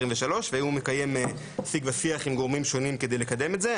והאם הוא מקיים שיג ושיח עם גורמים שונים כדי לקדם את זה.